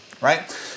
right